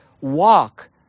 Walk